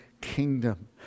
kingdom